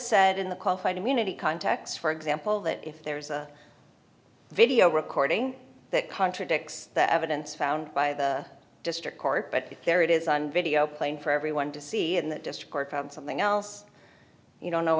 said in the qualified immunity context for example that if there is a video recording that contradicts the evidence found by the district court but there it is on video playing for everyone to see in that district or from something else you don't know